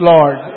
Lord